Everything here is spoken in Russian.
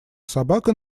собака